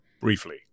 Briefly